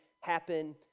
happen